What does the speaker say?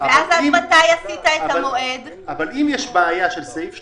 אבל אם יש בעיה של סעיף 38,